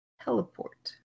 teleport